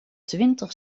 twintig